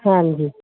ਹਾਂਜੀ